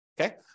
okay